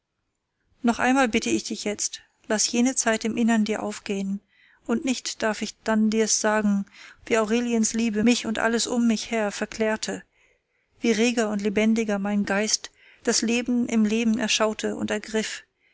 noch einmal bitte ich dich jetzt laß jene zeit im innern dir aufgehen und nicht darf ich dann dir's sagen wie aureliens liebe mich und alles um mich her verklärte wie reger und lebendiger mein geist das leben im leben erschaute und ergriff